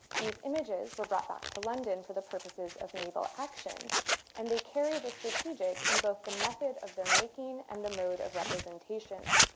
these images were brought back to london for the purposes of naval action and they carry the strategic in both the method of their making and the mode of representation.